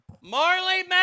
Marley